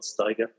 Steiger